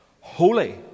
holy